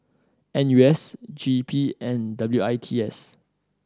N U S G P N and W I T S